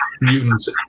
mutants